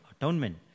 atonement